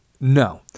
no